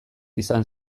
izan